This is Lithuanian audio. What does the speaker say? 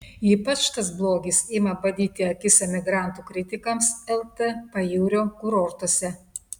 ypač tas blogis ima badyti akis emigrantų kritikams lt pajūrio kurortuose